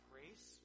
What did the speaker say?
grace